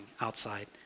outside